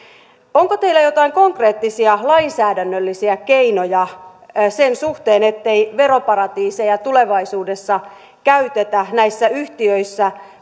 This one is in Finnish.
onko teillä joitakin konkreettisia lainsäädännöllisiä keinoja sen suhteen ettei veroparatiiseja tulevaisuudessa käytetä näissä yhtiöissä